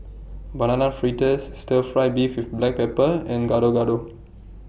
Banana Fritters Stir Fry Beef with Black Pepper and Gado Gado